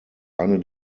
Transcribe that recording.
eine